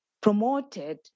promoted